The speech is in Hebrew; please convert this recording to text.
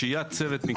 לשהיית צוות מקצועי.